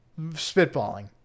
spitballing